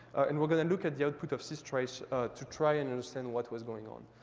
and we're going to look at the output of systrace to try and understand what was going on.